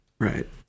right